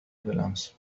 بالأمس